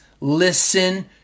listen